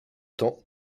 temps